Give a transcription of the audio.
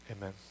amen